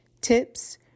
tips